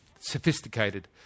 sophisticated